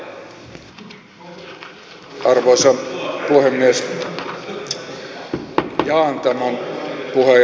arvoisa puhemies